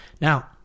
Now